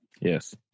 yes